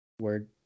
Word